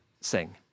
sing